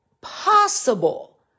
possible